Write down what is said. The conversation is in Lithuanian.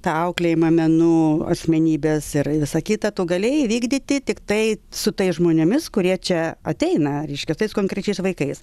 tą auklėjimą menu asmenybės ir visa kita tu galėjai įvykdyti tiktai su tais žmonėmis kurie čia ateina reiškia tais konkrečiais vaikais